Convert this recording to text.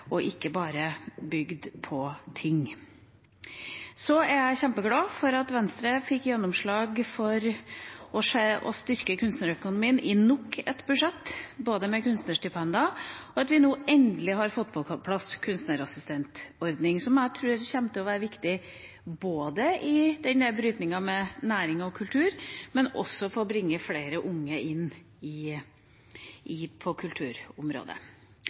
og ikke bare på ting. Så er jeg kjempeglad for at Venstre fikk gjennomslag for å styrke kunstnerøkonomien i nok et budsjett, med kunstnerstipender, og at vi nå endelig har fått på plass en kunstnerassistentordning, som jeg tror kommer til å være viktig i brytningen mellom næring og kultur, men også for å bringe flere unge inn på kulturområdet. Så må jeg si at jeg helt og fullt kan støtte alt som ble sagt i